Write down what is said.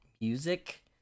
music